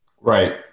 Right